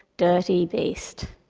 dirty beast.